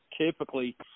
typically